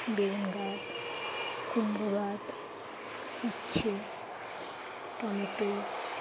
বেগুন গাছ কুমড়ো গাছ উুচ্ছে টমেটো